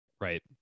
Right